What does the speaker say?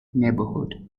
neighborhood